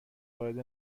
وارد